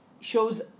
shows